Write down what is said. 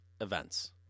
events